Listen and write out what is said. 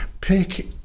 Pick